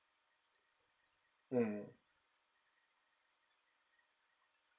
mm